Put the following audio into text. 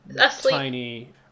tiny